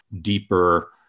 deeper